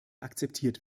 akzeptiert